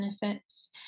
benefits